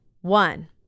One